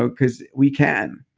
so because we can.